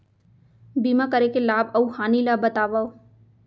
बीमा करे के लाभ अऊ हानि ला बतावव